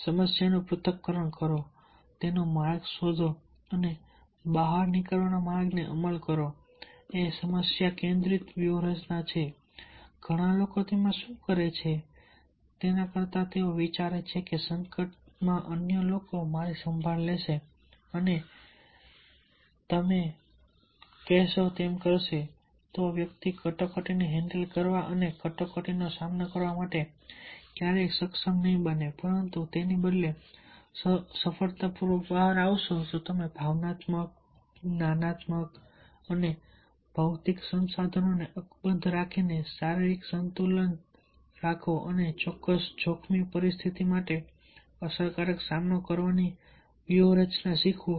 સમસ્યાનું પૃથ્થકરણ કરો તેનો માર્ગ શોધો અને બહાર નીકળવાના માર્ગ ને અમલ કરો એ સમસ્યા કેન્દ્રિત વ્યૂહરચના છે ઘણા લોકો શું કરે છે તેના કરતાં તેઓ વિચારે છે કે સંકટમાં અન્ય લોકો મારી સંભાળ લેશે અને જો તમે તેમ કરશો તો વ્યક્તિગત કટોકટીને હેન્ડલ કરવા અને કટોકટીનો સામનો કરવા માટે ક્યારેય સક્ષમ ન અનુભવો પરંતુ તેની બદલે સફળતાપૂર્વક બહાર આવશો ભાવનાત્મક જ્ઞાનાત્મક અને ભૌતિક સંસાધનોને અકબંધ રાખીને શારીરિક સંતુલન અકબંધ રાખો અને ચોક્કસ જોખમી પરિસ્થિતિ માટે અસરકારક સામનો કરવાની વ્યૂહરચના શીખવો